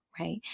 Right